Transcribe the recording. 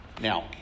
Now